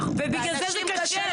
נכון, ובגלל זה זה קשה.